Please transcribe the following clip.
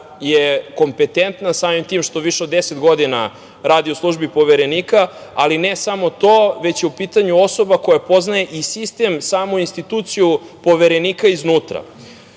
je kompetentna, samim tim što više od deset godina radi u službi Poverenika, ali ne samo to već je u pitanju osoba koja poznaje i sistem, samu instituciju Poverenika iznutra. To